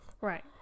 right